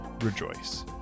rejoice